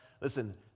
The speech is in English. Listen